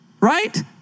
right